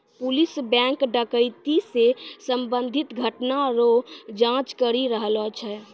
police bank डकैती से संबंधित घटना रो जांच करी रहलो छै